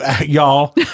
Y'all